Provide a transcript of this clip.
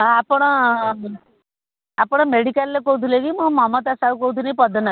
ହଁ ଆପଣ ଆପଣ ମେଡ଼ିକାଲରୁ କହୁଥିଲେ କି ମୁଁ ମମତା ସାହୁ କହୁଥିଲି ପଦନାରୁ